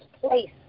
place